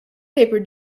paper